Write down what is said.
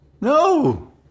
no